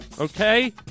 Okay